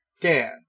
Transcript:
Dan